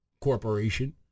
Corporation